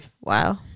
Wow